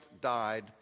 died